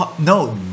no